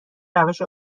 روش